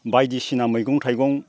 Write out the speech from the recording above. बायदिसिना मैगं थाइगं